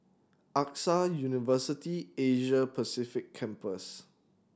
AXA University Asia Pacific Campus